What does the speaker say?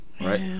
Right